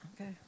Okay